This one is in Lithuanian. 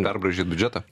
perbraižyt biudžetą